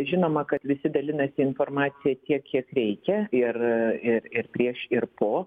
žinoma kad visi dalinasi informacija tiek kiek reikia ir ir ir prieš ir po